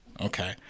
Okay